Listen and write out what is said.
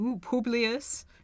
Publius